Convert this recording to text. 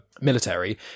military